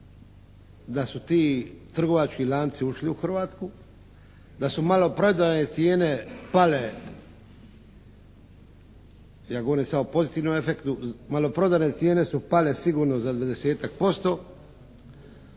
da su ti trgovački lanci ušli u Hrvatsku, da su maloprodajne cijene pale. Ja govorim samo u pozitivnom afektu, maloprodajne cijene su pale sigurno za …/Govornik se